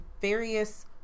various